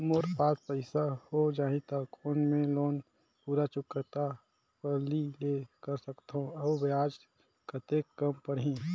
मोर पास पईसा हो जाही त कौन मैं लोन पूरा चुकता पहली ले कर सकथव अउ ब्याज कतेक कम पड़ही?